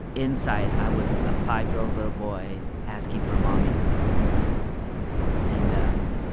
inside i was a five-year-old little boy asking for mommy's approval and, um,